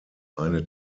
eine